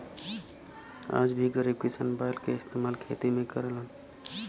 आज भी गरीब किसान बैल के इस्तेमाल खेती में करलन